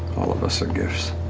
all of us are gifts.